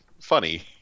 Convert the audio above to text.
funny